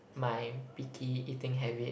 my picky eating habit